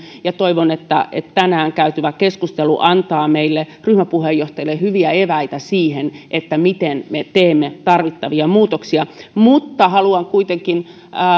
ja toivon että tänään käytävä keskustelu antaa meille ryhmäpuheenjohtajille hyviä eväitä siihen miten me teemme tarvittavia muutoksia mutta haluan kuitenkin